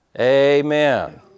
amen